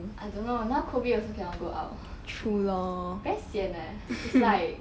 I don't know now COVID also cannot go out very sian leh it's like